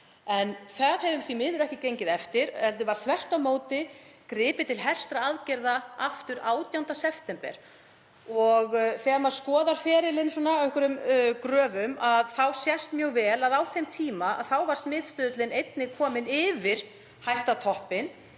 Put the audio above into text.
En það hefur því miður ekki gengið eftir heldur var þvert á móti gripið til hertra aðgerða aftur 18. september. Þegar maður skoðar ferilinn á einhverjum gröfum þá sést mjög vel að á þeim tíma var smitstuðullinn einnig kominn yfir hæsta toppinn